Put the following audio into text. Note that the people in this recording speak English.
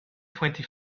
twenty